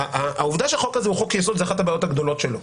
העובדה שהחוק הזה הוא חוק-יסוד זאת אחת הבעיות הגדולות שלו,